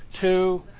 two